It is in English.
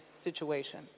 situation